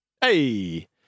Hey